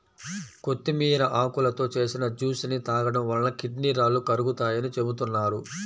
కొత్తిమీర ఆకులతో చేసిన జ్యూస్ ని తాగడం వలన కిడ్నీ రాళ్లు కరుగుతాయని చెబుతున్నారు